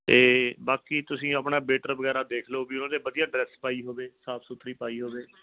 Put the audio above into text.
ਅਤੇ ਬਾਕੀ ਤੁਸੀਂ ਆਪਣਾ ਬੇਟਰ ਵਗੈਰਾ ਦੇਖ ਲਓ ਵੀ ਉਹਨਾਂ ਦੇ ਵਧੀਆ ਡਰੈਸ ਪਾਈ ਹੋਵੇ ਸਾਫ ਸੁਥਰੀ ਪਾਈ ਹੋਵੇ